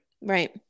right